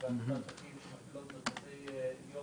שהיא ועמותת עתיד מתפעלות מרכזי יום